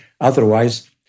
Otherwise